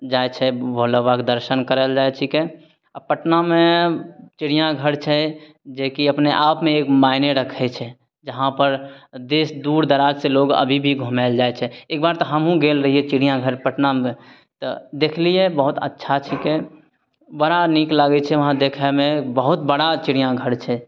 जाइ छै भोला बाबाके दर्शन करय लए जाइ छीकै आओर पटनामे चिड़ियाघर छै जेकि अपने आपमे एक मायने रखय छै जहाँपर देश दूर दराज सँ लोग अभी भी घूमय लए जाइ छै एक बार तऽ हमहुँ गेल रहियै चिड़िया घर पटनामे तऽ देखलियै बहुत अच्छा छीकै बड़ा नीक लागय छै वहाँ देखयमे बहुत बड़ा चिड़िया घर छै